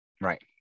Right